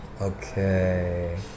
Okay